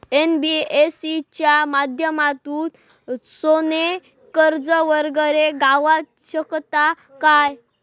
NBFC च्या माध्यमातून सोने कर्ज वगैरे गावात शकता काय?